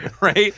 Right